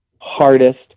hardest